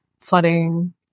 flooding